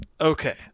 Okay